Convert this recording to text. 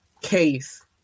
case